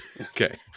okay